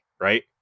Right